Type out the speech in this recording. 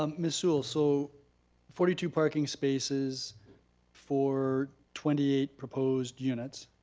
um miss sewell, so forty two parking spaces for twenty eight proposed units?